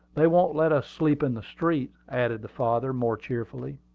they won't let us sleep in the streets, added the father, more cheerfully.